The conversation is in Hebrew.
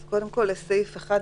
אז קודם כל לסעיף 1,